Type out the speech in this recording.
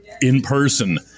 in-person